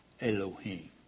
Elohim